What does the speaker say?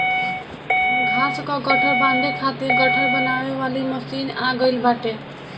घाँस कअ गट्ठर बांधे खातिर गट्ठर बनावे वाली मशीन आ गइल बाटे